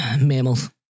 Mammals